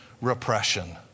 repression